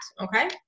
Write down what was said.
Okay